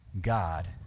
God